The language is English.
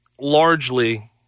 largely